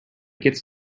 gets